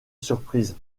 surprise